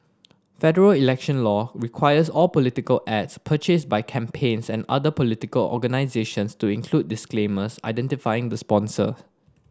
federal election law requires all political ads purchased by campaigns and other political organisations to include disclaimers identifying the sponsor